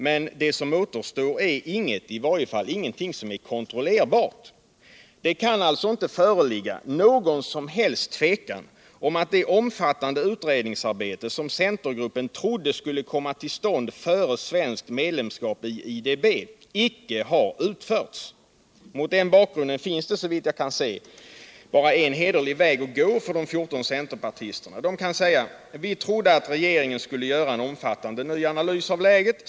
Men det som återstår är intet, i varje fall ingenting som är kontrollerbart. Det kan alltså inte föreligga något som helst tvivel på att det omfattande utredningsarbete som centergruppen trodde skulle komma till stånd före ett svenskt medlemskap i IDB icke har utförts. Mot den bakgrunden finns det såvitt jag kan se bara en hederlig väg att gå för de 14 centerpartisterna. De kan säga: Vi trodde att regeringen skulle göra en omfattande ny analys av läget.